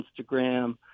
Instagram